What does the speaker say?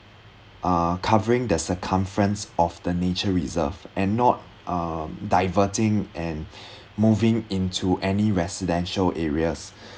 uh covering the circumference of the nature reserve and not uh diverting and moving into any residential areas